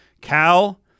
Cal